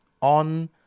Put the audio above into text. on